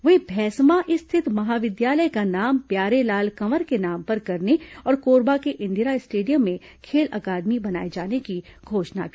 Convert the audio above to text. वहीं भैसमा स्थित महाविद्यालय का नाम प्यारेलाल कवर के नाम पर करने और कोरबा के इंदिरा स्टेडियम में खेल अकादमी बनाए जाने की घोषणा भी की